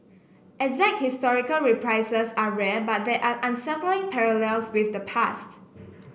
exact historical reprises are rare but there are unsettling parallels with the past